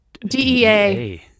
DEA